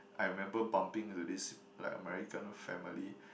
I remember bumping into this like American family